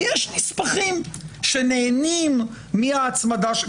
ויש נספחים שנהנים מההצמדה.